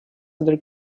other